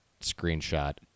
screenshot